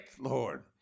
Lord